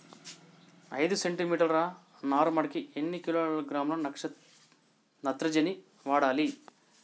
ఐదు సెంటి మీటర్ల నారుమడికి ఎన్ని కిలోగ్రాముల నత్రజని వాడాలి?